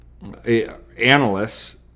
analysts